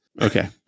Okay